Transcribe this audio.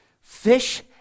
Fish